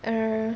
err